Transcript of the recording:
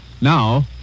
Now